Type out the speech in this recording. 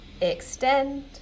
extend